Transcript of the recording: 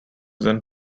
then